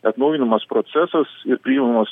atnaujinamas procesas ir priimamas